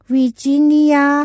Virginia